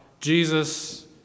Jesus